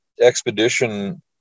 expedition